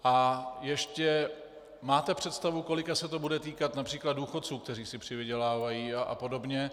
A ještě máte představu, kolika se to bude týkat například důchodců, kteří si přivydělávají a podobně?